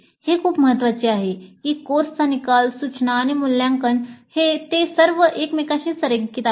हे खूप महत्वाचे आहे की कोर्सचा निकाल सूचना आणि मूल्यांकन ते सर्व एकमेकांशी संरेखित आहेत